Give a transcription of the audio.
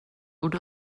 und